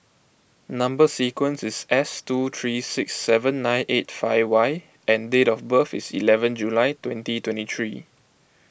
Number Sequence is S two three six seven nine eight five Y and date of birth is eleven July twenty twenty three